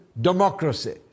democracy